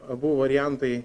abu variantai